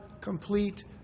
complete